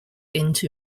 into